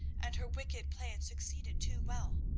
and her wicked plan succeeded too well.